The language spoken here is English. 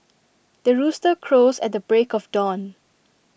the rooster crows at the break of dawn